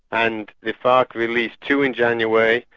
and the farc released two in january,